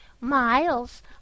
miles